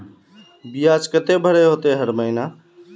बियाज केते भरे होते हर महीना?